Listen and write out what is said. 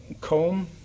comb